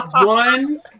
one